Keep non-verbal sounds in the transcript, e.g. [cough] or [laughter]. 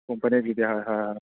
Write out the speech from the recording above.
কোম্পানীক দি দিয়া হয় [unintelligible]